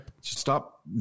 Stop